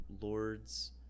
lords